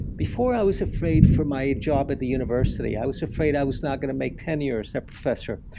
before, i was afraid for my job at the university. i was afraid i was not going to make ten years a professor.